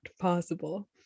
possible